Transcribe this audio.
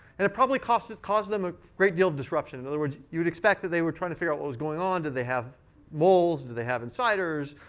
and it probably caused caused them a great deal disruption. in other words, you would expect that they were trying to figure out what was going on. did they have moles? did they have insiders?